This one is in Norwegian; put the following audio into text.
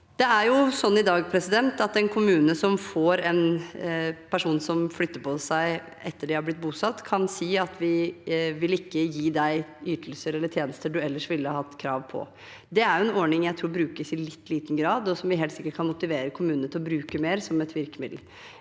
utfordring. I dag er det slik at en kommune som får en person som flytter på seg etter å ha blitt bosatt, kan si at de ikke vil gi ytelser eller tjenester man ellers ville hatt krav på. Det er en ordning jeg tror brukes i litt liten grad, og som vi helt sikkert kan motivere kommunene til å bruke mer som et virkemiddel.